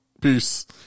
Peace